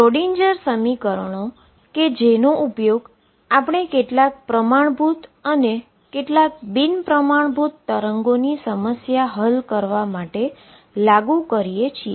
Schrodinger સમીકરણો કે જેનો ઉપયોગ આપણે કેટલાક પ્રમાણભૂત અને કેટલાક બિન પ્રમાણભૂત વેવની સમસ્યા હલ કરવા માટે લાગુ કરીએ છીએ